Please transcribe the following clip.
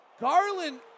Garland